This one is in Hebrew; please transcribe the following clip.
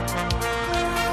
כ'